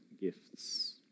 gifts